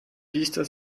biester